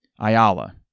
Ayala